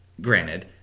granted